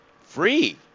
Free